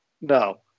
no